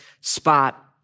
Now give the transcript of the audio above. spot